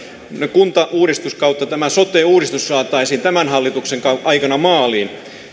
kuntauudistus ja sote uudistus saataisiin tämän hallituksen aikana maaliin